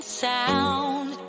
sound